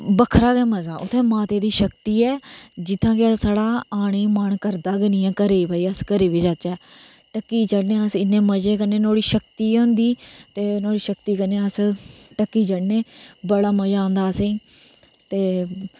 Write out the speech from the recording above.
बक्खरा गै मजा ऐ उत्थै माते दी शक्ति ऐ जित्थै कि साढ़ां आने गी मन करदा गै नेई ऐ घरे गी भाई अस घरे गी बी जाहचै ढक्की चढ़ने हा अस इयां मजे कन्नै नुआढ़ी शक्ति ऐ ते नुआढ़ी शक्ति कन्नै अस ढक्की चढने आं बड़ा मजा औंदा असेंगी ते